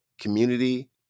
community